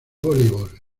voleibol